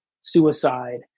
suicide